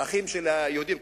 ערכים של היהודים,